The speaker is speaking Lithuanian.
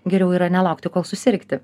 geriau yra nelaukti kol susirgti